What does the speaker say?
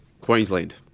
Queensland